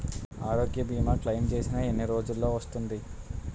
ఆరోగ్య భీమా క్లైమ్ చేసిన ఎన్ని రోజ్జులో వస్తుంది?